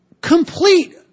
complete